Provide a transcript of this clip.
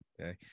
Okay